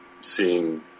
seeing